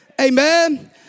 Amen